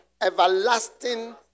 everlasting